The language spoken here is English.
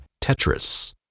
Tetris